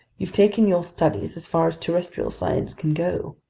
you've taken your studies as far as terrestrial science can go.